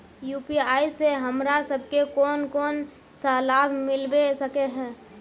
UPI से हमरा सब के कोन कोन सा लाभ मिलबे सके है?